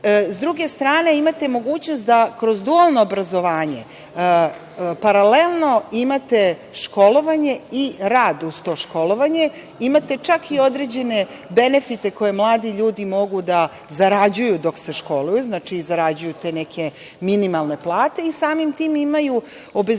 druge strane, imate mogućnost da kroz dualno obrazovanje paralelno imate školovanje i rad uz to školovanje, imate čak i određene benefite koje mladi ljudi mogu da zarađuju dok se školuju, znači, zarađuju te neke minimalne plate i samim tim imaju obezbeđenje